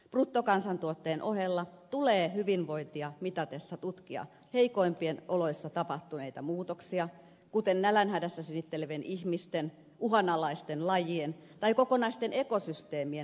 bruttokansantuotteen ohella tulee hyvinvointia mitatessa tutkia heikoimpien oloissa tapahtuneita muutoksia kuten nälänhädässä sinnittelevien ihmisten uhanalaisten lajien tai kokonaisten ekosysteemien muutoksia